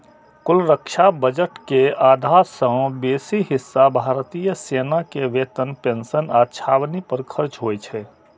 कुल रक्षा बजट के आधा सं बेसी हिस्सा भारतीय सेना के वेतन, पेंशन आ छावनी पर खर्च होइ छै